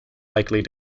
likely